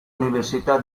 università